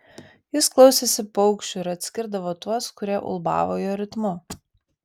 jis klausėsi paukščių ir atskirdavo tuos kurie ulbavo jo ritmu